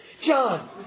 John